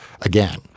again